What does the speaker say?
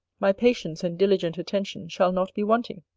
my patience and diligent attention shall not be wanting.